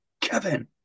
Kevin